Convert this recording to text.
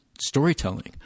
storytelling